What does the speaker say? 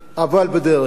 אבל בדרך כלל,